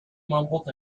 mumbled